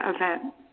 event